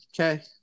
okay